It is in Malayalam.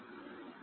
l